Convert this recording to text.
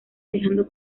dejando